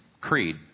creed